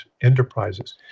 enterprises